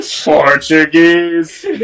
Portuguese